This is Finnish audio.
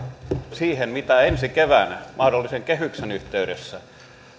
siihen mitä on ensi keväänä mahdollisen kehyksen yhteydessä